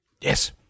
Yes